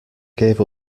gave